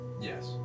Yes